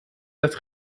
das